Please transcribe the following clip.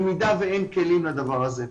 במידה ואין כלים לדבר הזה.